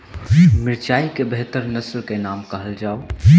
मिर्चाई केँ बेहतर नस्ल केँ नाम कहल जाउ?